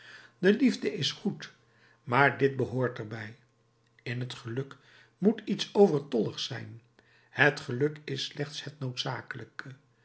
de liefde is goed maar dit behoort er bij in het geluk moet iets overtolligs zijn het geluk is slechts het noodzakelijke